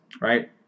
right